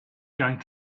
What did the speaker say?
going